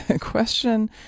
question